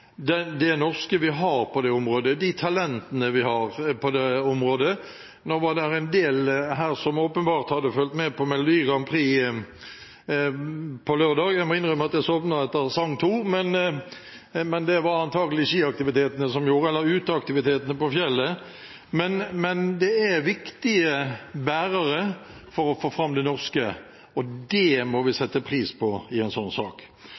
det norske vi har på det området, og de talentene vi har på det området. Nå var det en del her som åpenbart hadde fulgt med på Melodi Grand Prix på lørdag – jeg må innrømme at jeg sovnet etter sang 2, men det var det antagelig uteaktivitetene på fjellet som gjorde. Men det er viktige bærere for å få fram det norske, og det må vi sette pris på i en sånn sak.